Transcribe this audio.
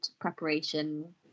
preparation